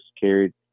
carried